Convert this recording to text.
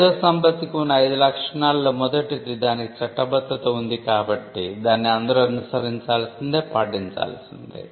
మేధోసంపత్తికి ఉన్న ఐదు లక్షణాలలో మొదటిది దానికి చట్టబద్ధత ఉంది కాబట్టి దాన్ని అందరు అనుసరించాల్సిందేపాటించాల్సిందే